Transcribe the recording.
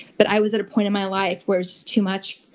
but i was at a point in my life where it was too much.